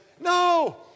no